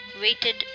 waited